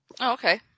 okay